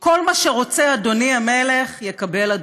כל מה שרוצה אדוני המלך, יקבל.